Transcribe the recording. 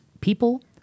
people